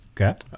okay